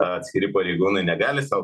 atskiri pareigūnai negali sau